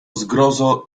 zgrozo